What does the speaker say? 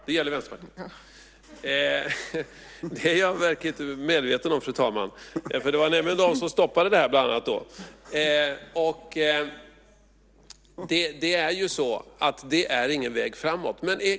Det gäller Vänsterpartiet. Det är jag mycket medveten om, fru talman, därför att det var nämligen bland annat de som stoppade det här. Det är ju så att det inte är någon väg framåt.